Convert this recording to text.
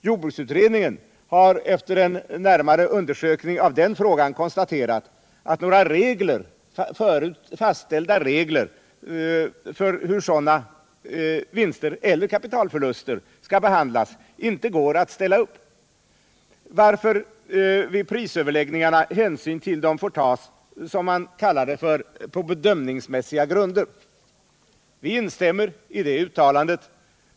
Jordbruksutredningen har efter en närmare undersökning av den frågan konstaterat att några regler för hur sådana vinster eller kapitalförluster skall behandlas inte går att ställa upp, varför vid prisöverläggningarna hänsyn till dem får tas på vad man kallar bedömningsmässiga grunder. Vi instämmer i det uttalandet.